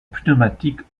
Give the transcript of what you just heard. pneumatique